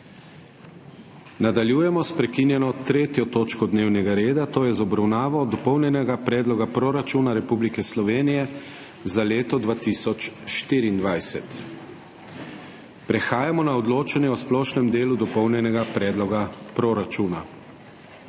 Nadaljujemo **prekinjeno 3. točko dnevnega reda – Dopolnjen predlog proračuna Republike Slovenije za leto 2024.** Prehajamo na odločanje o Splošnem delu Dopolnjenega predloga proračuna.